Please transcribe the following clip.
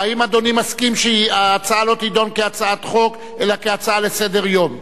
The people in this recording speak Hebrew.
האם אדוני מסכים שההצעה לא תידון כהצעת חוק אלא כהצעה לסדר-היום?